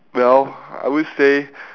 well I would say